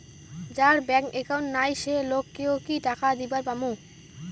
যার bank account নাই সেই লোক কে ও কি টাকা দিবার পামু?